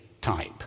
type